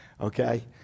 Okay